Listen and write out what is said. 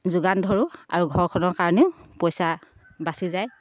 যোগান ধৰোঁ আৰু ঘৰখনৰ কাৰণেও পইচা বাচি যায়